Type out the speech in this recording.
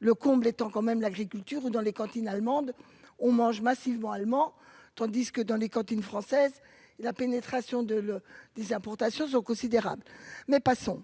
le comble étant quand même l'agriculture ou dans les cantines allemande on mange massivement allemand tandis que dans les cantines françaises la pénétration, de le des importations sont considérables, mais passons